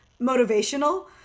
motivational